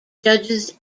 judges